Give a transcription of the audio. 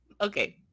Okay